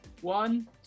one